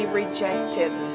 rejected